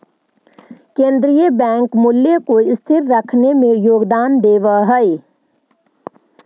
केन्द्रीय बैंक मूल्य को स्थिर रखने में योगदान देवअ हई